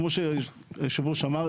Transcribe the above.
כמו שיושב הראש אמר,